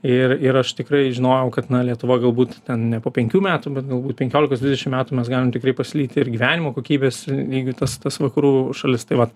ir ir aš tikrai žinojau kad lietuva galbūt ten ne po penkių metų bet galbūt penkiolikos dvidešim metų mes galim tikrai pasilyti ir gyvenimo kokybės lygiu tas tas vakarų šalis tai vat